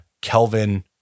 Kelvin